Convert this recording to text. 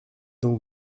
donc